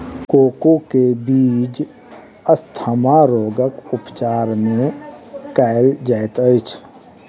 cocoa के बीज asthma रोगक उपचार मे कयल जाइत अछि